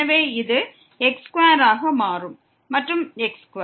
எனவே இது x2 ஆக மாறும் மற்றும் x2